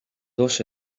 dos